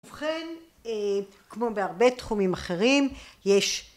ובכן כמו בהרבה תחומים אחרים יש